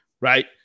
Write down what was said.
right